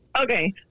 Okay